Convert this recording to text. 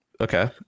Okay